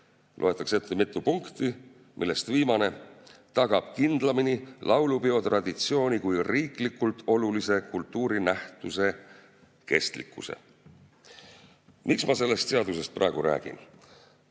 loetakse ette mitu punkti – "[see] tagab kindlamini laulupeotraditsiooni kui riiklikult olulise kultuurinähtuse kestlikkuse". Miks ma sellest seadusest praegu räägin?